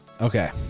okay